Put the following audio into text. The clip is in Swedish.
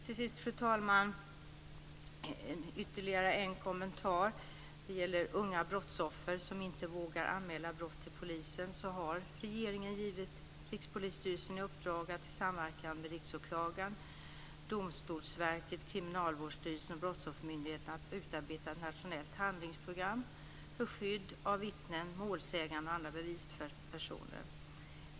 Till sist, fru talman, ytterligare en kommentar som gäller unga brottsoffer som inte vågar anmäla brott till polisen. Regeringen har gett Rikspolisstyrelsen i uppdrag att i samverkan med Riksåklagaren, Domstolsverket, Kriminalvårdsstyrelsen och Brottsoffermyndigheten utarbeta ett nationellt handlingsprogram för skydd av vittnen, målsägande och andra bevispersoner.